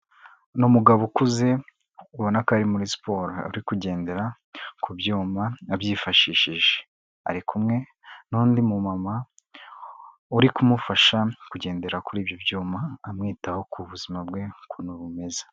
N'umugabo ukuze ubona ko ari muri siporo uri kugendera ku byuma abyifashishije ari kumwe n'undi mumama uri kumufasha kugendera kuri ibyo byuma amwitaho ku buzima bwe ukuntu bumeze.